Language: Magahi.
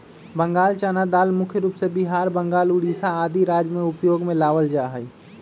बंगाल चना दाल मुख्य रूप से बिहार, बंगाल, उड़ीसा आदि राज्य में उपयोग में लावल जा हई